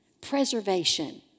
preservation